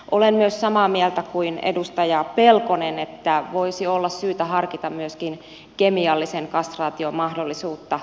olen myös samaa mieltä kuin edustaja pelkonen että voisi olla syytä harkita myöskin kemiallisen kastraation mahdollisuutta